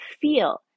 feel